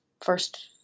first